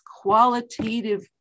qualitative